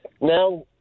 Now